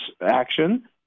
action